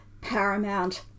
paramount